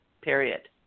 period